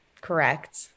Correct